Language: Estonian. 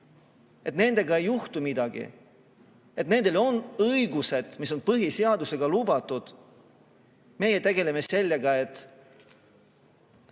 et nendega ei juhtu midagi, et neil on õigused, mis on põhiseadusega lubatud, tegeleme me sellega, et